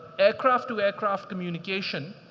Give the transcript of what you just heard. aircraft-to-aircraft communication.